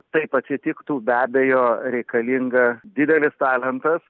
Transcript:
taip atsitiktų be abejo reikalinga didelis talentas